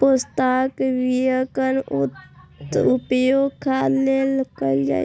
पोस्ताक बियाक उपयोग खाद्य तेल मे कैल जाइ छै